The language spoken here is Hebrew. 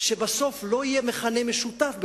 שבסוף לא יהיה מכנה משותף בינינו,